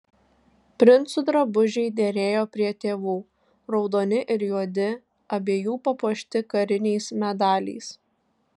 princų drabužiai derėjo prie tėvų raudoni ir juodi abiejų papuošti kariniais medaliais